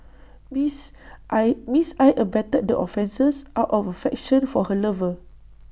Miss I miss I abetted the offences out of affection for her lover